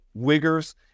wiggers